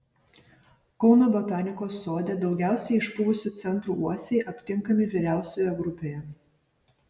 kauno botanikos sode daugiausiai išpuvusiu centru uosiai aptinkami vyriausioje grupėje